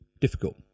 difficult